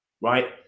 right